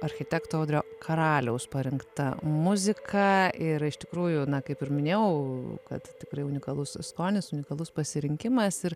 architekto audrio karaliaus parinkta muzika ir iš tikrųjų na kaip ir minėjau kad tikrai unikalus skonis unikalus pasirinkimas ir